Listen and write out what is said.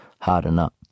harden-up